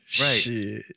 right